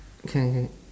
can can